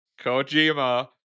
Kojima